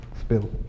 spill